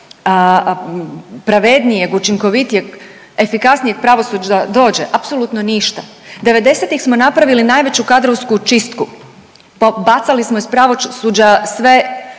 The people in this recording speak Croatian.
pravednijeg, učinkovitijeg i efikasnijeg pravosuđa dođe? Apsolutno ništa, '90.-tih smo napravili najveću kadrovsku čistku, pobacali smo iz pravosuđa sve